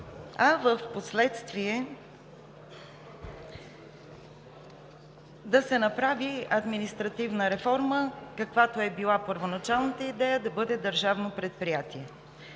а впоследствие да се направи административна реформа, каквато е била първоначалната идея – да бъде държавно предприятие.